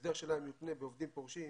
שההסדר שלהם יותנה בעובדים פורשים,